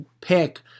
pick